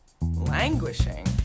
Languishing